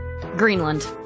Greenland